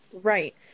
Right